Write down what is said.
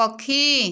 ପକ୍ଷୀ